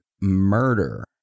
murder